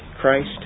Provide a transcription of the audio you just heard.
Christ